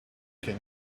can